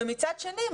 ומצד שני,